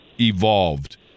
evolved